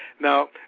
Now